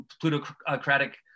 plutocratic